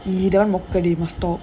!ee! that [one] must talk